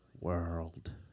world